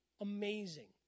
Amazing